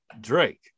Drake